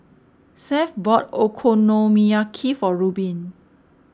Seth bought Okonomiyaki for Rubin